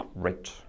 great